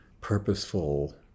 purposeful